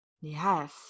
Yes